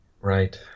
right